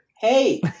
Hey